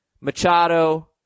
Machado